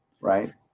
Right